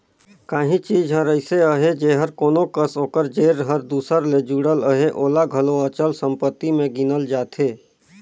काहीं चीज हर अइसे अहे जेहर कोनो कस ओकर जेर हर दूसर ले जुड़ल अहे ओला घलो अचल संपत्ति में गिनल जाथे